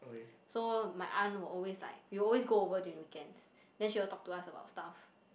so my aunt will always like we always go over during weekends then she will talk to us about stuff